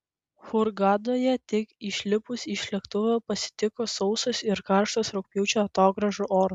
hurgadoje tik išlipus iš lėktuvo pasitiko sausas ir karštas rugpjūčio atogrąžų oras